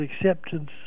acceptance